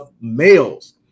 males